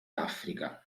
africa